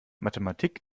mathematik